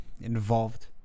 involved